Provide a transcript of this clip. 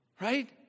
Right